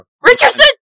Richardson